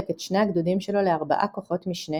את שני הגדודים שלו לארבעה כוחות משנה